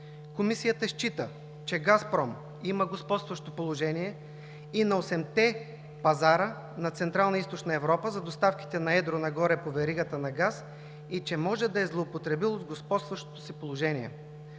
Комисията счита, че „Газпром“ има господстващо положение и на осемте пазара на Централна и Източна Европа за доставките на едро нагоре по веригата на газ и че може да е злоупотребил с господстващото си положение.